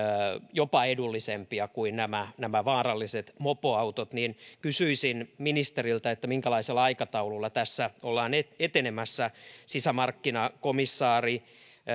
jopa edullisempia kuin nämä nämä vaaralliset mopoautot kysyisin ministeriltä minkälaisella aikataululla tässä ollaan etenemässä sisämarkkinakomissaari